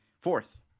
Fourth